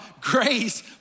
Grace